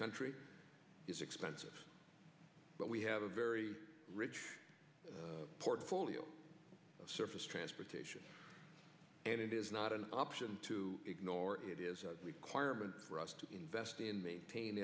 country is expensive but we have a very rich portfolio of surface transportation and it is not an option to ignore it is a requirement for us to invest in maintain